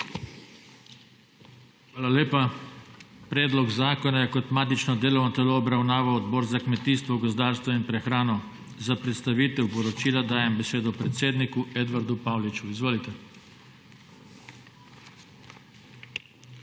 Hvala lepa. Predlog zakona je kot matično delovno telo obravnaval Odbor za kmetijstvo, gozdarstvo in prehrano. Za predstavitev poročila dajem besedo predsedniku Edvardu Pauliču. Izvolite. EDVARD